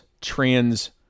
trans